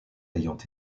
ayant